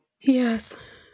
yes